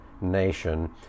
nation